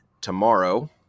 tomorrow